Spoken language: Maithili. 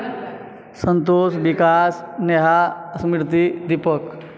संतोष विकास नेहा स्मृति दीपक